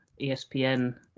ESPN